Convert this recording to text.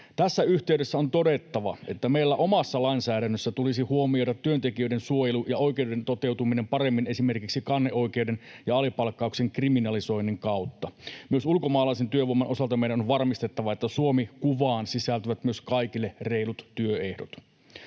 Tässä yhteydessä on todettava, että meillä omassa lainsäädännössä tulisi huomioida työntekijöiden suojelu ja oikeuden toteutuminen paremmin esimerkiksi kanneoikeuden ja alipalkkauksen kriminalisoinnin kautta. Myös ulkomaalaisen työvoiman osalta meidän on varmistettava, että Suomi-kuvaan sisältyvät myös kaikille reilut työehdot.